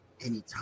anytime